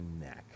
neck